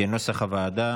כנוסח הוועדה.